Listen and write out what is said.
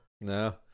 no